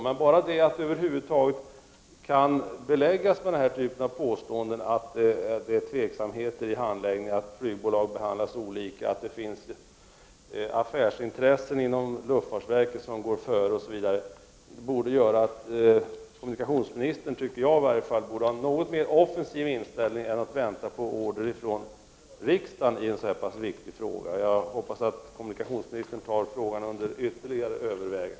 Men bara det faktum att sådana påståenden kan beläggas som att det förekommit tveksamheter i handläggningen, att flygbolagen behandlas olika och att det finns affärsintressen inom luftfartsverket som går före borde, i varje fall enligt min mening, ge kommunikationsministern anledning att ha en något mer offensiv inställning än att bara vänta på order från riksdagen i en så viktig fråga. Jag hoppas att kommunikationsministern tar frågan under ytterligare övervägande.